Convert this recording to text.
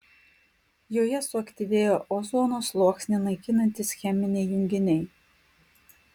joje suaktyvėja ozono sluoksnį naikinantys cheminiai junginiai